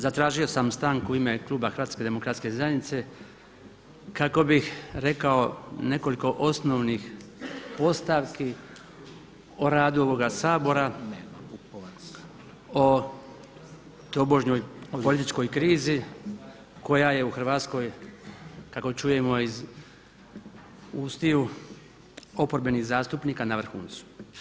Zatražio sam stanku u ime kluba HDZ-a kako bih rekao nekoliko osnovnih postavki o radu ovoga sabora, o tobožnjoj političkoj krizi koja je u Hrvatskoj kako čujemo iz ustiju oporbenih zastupnika na vrhuncu.